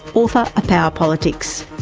author of power politics.